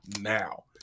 now